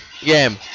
game